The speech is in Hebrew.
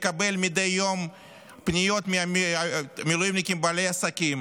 מקבל מדי יום פניות ממילואימניקים בעלי עסקים